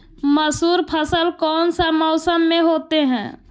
मसूर फसल कौन सा मौसम में होते हैं?